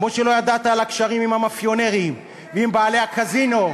כמו שלא ידעת על הקשרים עם המאפיונרים ועם בעלי הקזינו,